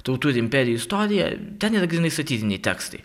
tautų ir imperijų istorija ten yra grynai satyriniai tekstai